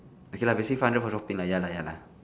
okay lah basic five hundred for shopping lah ya lah ya lah